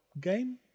game